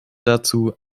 dazu